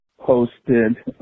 posted